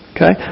Okay